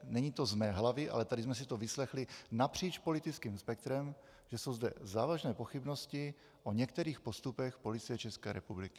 Není to z mé hlavy, ale tady jsme si to vyslechli napříč politickým spektrem, že jsou zde závažné pochybnosti o některých postupech Policie České republiky.